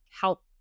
help